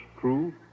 true